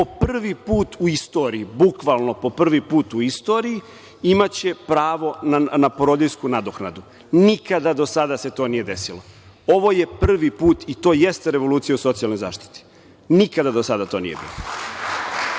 po prvi put u istoriji, bukvalno po prvi put u istoriji imaće pravo na porodiljsku nadoknadu. Nikada do sada se to nije desilo. Ovo je prvi put i to jeste revolucija u socijalnoj zaštiti. nikada do sada to nije